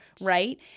right